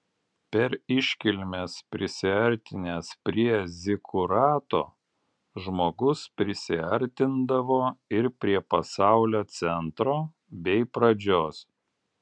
per iškilmes prisiartinęs prie zikurato žmogus prisiartindavo ir prie pasaulio centro bei pradžios